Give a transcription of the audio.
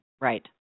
Right